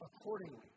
accordingly